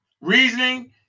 reasoning